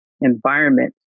environment